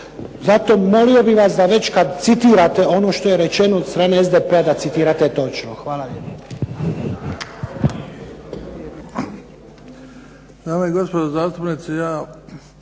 Zato molio bih vas već da kada citirate ono što je rečeno od strane SDP-a da citirate točno. Hvala